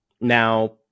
Now